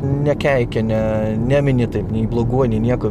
nekeikia ne nemini taip nei bloguoju nei nieko